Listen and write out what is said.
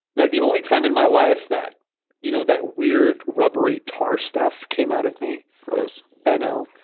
like the only time in my life that you know that weird, rubbery, tar stuff came out of me gross i know.